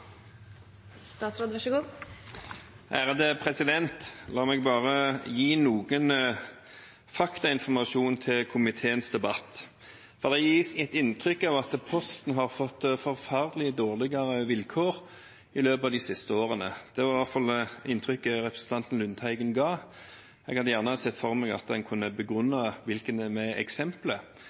La meg bare gi noe faktainformasjon til komiteens debatt. Det gis et inntrykk av at Posten har fått forferdelig dårligere vilkår i løpet av de siste årene, det var i hvert fall inntrykket representanten Lundteigen ga. Jeg hadde gjerne sett at en kunne begrunne det med eksempler.